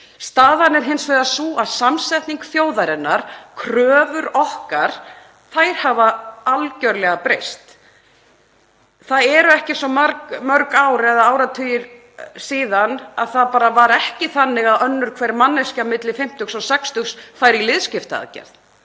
Staðan er hins vegar sú að samsetning þjóðarinnar og kröfur okkar hafa algerlega breyst. Það eru ekkert svo mörg ár eða áratugir síðan að það var ekki svo að önnur hver manneskja milli fimmtugs og sextugs færi í liðskiptaaðgerð